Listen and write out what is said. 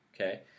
okay